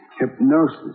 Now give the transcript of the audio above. Hypnosis